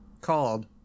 called